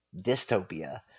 dystopia